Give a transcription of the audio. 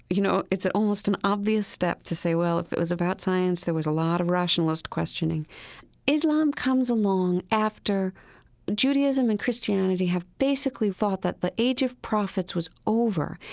you know, it's almost an obvious step to say, well, if it was about science, there was a lot of rationalist questioning islam comes along after judaism and christianity have basically thought that the age of prophets was over.